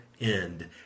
end